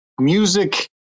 music